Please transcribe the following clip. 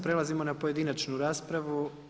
Prelazimo na pojedinačnu raspravu.